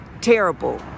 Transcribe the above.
terrible